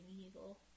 eagle